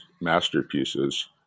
masterpieces